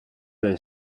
del